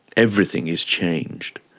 everything is changed,